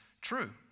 true